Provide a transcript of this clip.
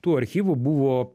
tų archyvų buvo